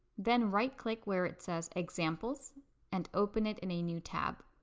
then right click where it says examples and open it in a new tab.